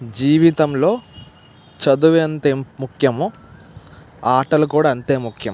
జీవితంలో చదువు ఎంత ముఖ్యమో ఆటలు కూడా అంతే ముఖ్యం